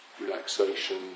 relaxation